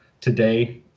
Today